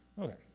Okay